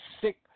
sick